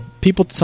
people